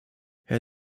herr